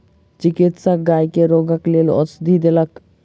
चिकित्सक गाय के रोगक लेल औषधि देलक